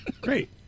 Great